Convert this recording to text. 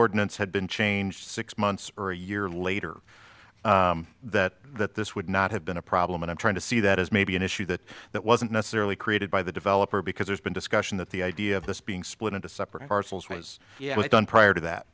ordinance had been changed six months or a year later that that this would not have been a problem and i'm trying to see that as maybe an issue that that wasn't necessarily created by the developer because there's been discussion that the idea of this being split into separate parcels was done prior to that